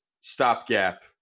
stopgap